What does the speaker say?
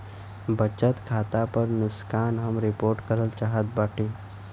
बचत खाता पर नुकसान हम रिपोर्ट करल चाहत बाटी